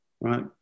right